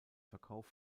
verkauf